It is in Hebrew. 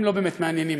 הם לא באמת מעניינים,